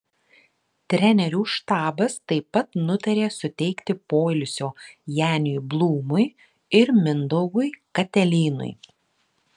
trenerių štabas taip pat nutarė suteikti poilsio janiui blūmui ir mindaugui katelynui